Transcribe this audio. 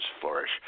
flourish